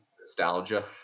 Nostalgia